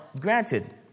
granted